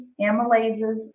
amylases